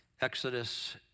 Exodus